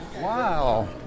Wow